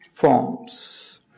forms